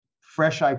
fresh